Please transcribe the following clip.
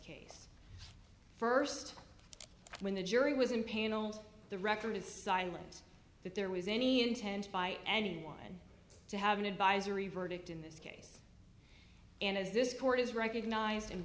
case first when the jury was impaneled the record is silence that there was any intent by anyone to have an advisory verdict in this case and as this court has recognized and